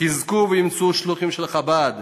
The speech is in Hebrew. חזקו ואמצו, השלוחים של חב"ד.